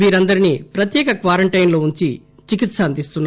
వీరందరినీ ప్రత్యేక క్వారంటైస్లో ఉంచి చికిత్స అందిస్తున్నారు